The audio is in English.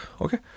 Okay